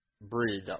breed